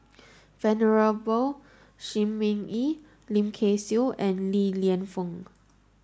Venerable Shi Ming Yi Lim Kay Siu and Li Lienfung